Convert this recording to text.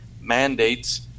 mandates